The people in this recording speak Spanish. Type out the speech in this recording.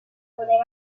poder